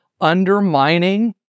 undermining